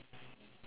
then